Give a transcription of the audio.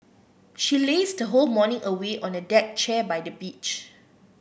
she lazed whole morning away on a deck chair by the beach